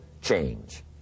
change